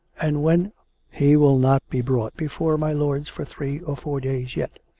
and when he will not be brought before my lords for three or four days yet.